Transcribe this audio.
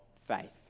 faith